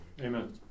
Amen